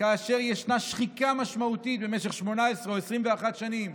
כאשר ישנה שחיקה משמעותית במשך 18 או 21 שנים